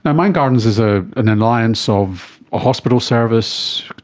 and mindgardens is ah an alliance of a hospital service,